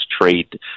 trade